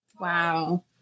Wow